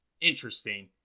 interesting